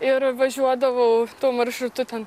ir važiuodavau tuo maršrutu ten